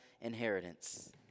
inheritance